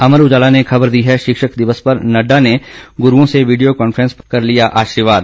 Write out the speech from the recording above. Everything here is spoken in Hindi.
अमर उजाला ने खबर दी है शिक्षक दिवस पर नड्डा ने गुरूओं से वीडियो कॉन्फ्रैंस कर लिया आशीर्वाद